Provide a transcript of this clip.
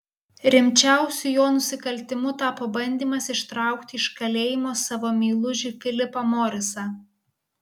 rimčiausiu jo nusikaltimu tapo bandymas ištraukti iš kalėjimo savo meilužį filipą morisą